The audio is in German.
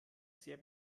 sehr